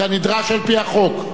כנדרש על-פי החוק.